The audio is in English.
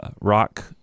rock